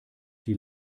die